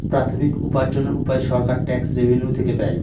প্রাথমিক উপার্জনের উপায় সরকার ট্যাক্স রেভেনিউ থেকে পাই